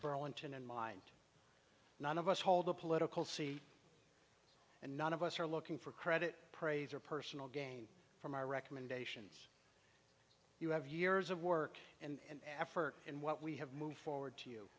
burlington in mind none of us hold a political seat and none of us are looking for credit praise or personal gain from our recommendations you have years of work and effort in what we have moved forward